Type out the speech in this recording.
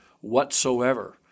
whatsoever